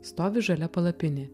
stovi žalia palapinė